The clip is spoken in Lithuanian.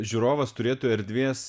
žiūrovas turėtų erdvės